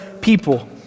people